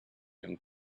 young